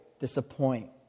disappoint